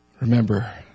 Remember